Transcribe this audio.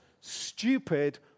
stupid